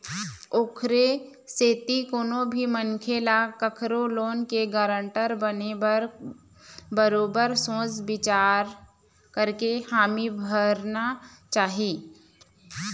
ओखरे सेती कोनो भी मनखे ल कखरो लोन के गारंटर बने बर बरोबर सोच बिचार करके हामी भरना चाही